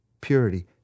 purity